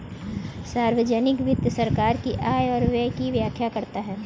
सार्वजिक वित्त सरकार की आय और व्यय की व्याख्या करता है